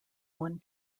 one